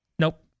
Nope